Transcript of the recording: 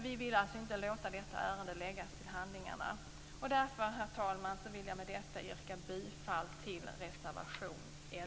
Vi vill alltså inte låta detta ärende läggas till handlingarna. Därför, herr talman, yrkar jag bifall till reservation